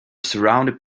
surrounded